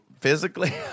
physically